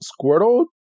Squirtle